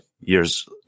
years